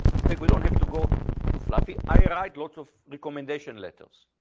in fact, we don't have to go to fluffy, i write lots of recommendation letters.